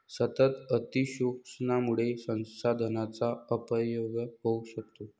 सतत अतिशोषणामुळे संसाधनांचा अपव्यय होऊ शकतो